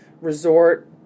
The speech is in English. Resort